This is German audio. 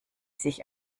sich